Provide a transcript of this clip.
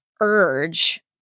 urge